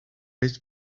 his